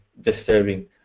disturbing